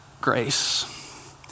grace